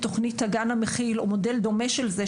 תוכנית הגן המכיל או מודל דומה של זה,